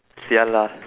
sia lah